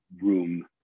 room